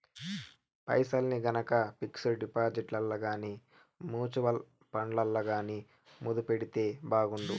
పైసల్ని గనక పిక్సుడు డిపాజిట్లల్ల గానీ, మూచువల్లు ఫండ్లల్ల గానీ మదుపెడితే బాగుండు